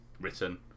written